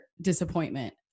disappointment